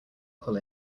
pull